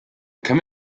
come